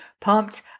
pumped